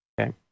Okay